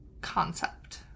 concept